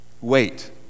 wait